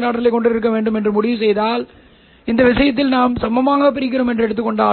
ஆம்பியரில் கொடுக்கப்படுகிறது மேலே உள்ள சமன்பாட்டால் நீங்கள் ஆச்சரியப்படுகிறீர்கள் என்றால் தயவுசெய்து நாங்கள் அதற்கான பேஸர் குறியீட்டைப் பின்பற்றுகிறோம் என்பதை நினைவில் கொள்க